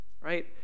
right